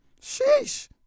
Sheesh